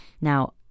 Now